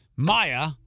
Maya